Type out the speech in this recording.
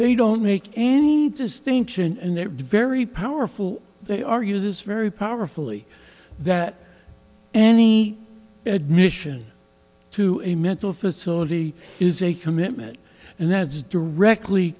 they don't make any distinction and they're very powerful they argue this very powerfully that any admission to a mental facility is a commitment and that's directly